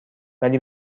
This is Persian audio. ولی